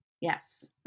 Yes